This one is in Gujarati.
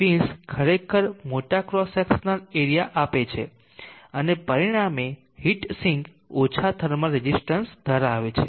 તેથીફિન્સ ખરેખર મોટા ક્રોસ સેક્શન એરિયા આપે છે અને પરિણામે હીટ સિંક ઓછા થર્મલ રેઝિસ્ટન્સ ધરાવે છે